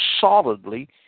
solidly